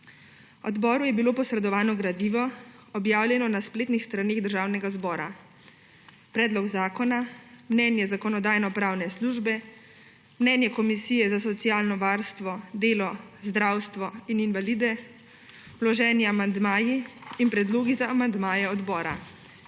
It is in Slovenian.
Odboru je bilo posredovano gradivo, objavljeno na spletnih straneh Državnega zbora: predlog zakona, mnenje Zakonodajno-pravne službe, mnenje Komisije Državnega sveta za socialno varstvo, delo, zdravstvo in invalide, vloženi amandmaji in predlogi za amandmaje odbora.